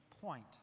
point